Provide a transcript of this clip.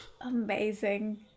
amazing